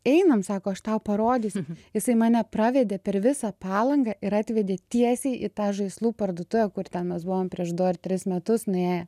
einam sako aš tau parodysiu jisai mane pravedė per visą palangą ir atvedė tiesiai į tą žaislų parduotuvę kur ten mes buvom prieš du ar tris metus nuėję